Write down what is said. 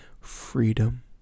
Freedom